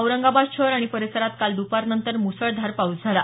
औरंगाबाद शहर आणि परिसरात काल दपारनतर मुसळधार पाऊस झाला